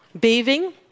bathing